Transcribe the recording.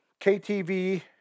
KTV